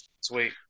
Sweet